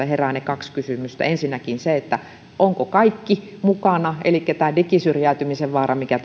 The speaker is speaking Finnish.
herää kaksi kysymystä ensinnäkin se ovatko kaikki mukana elikkä tämä digisyrjäytymisen vaara mikä